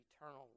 eternal